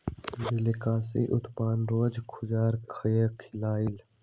बिलकिश अप्पन रोजा खजूर खा के खोललई